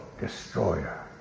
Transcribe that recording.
destroyer